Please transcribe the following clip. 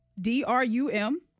D-R-U-M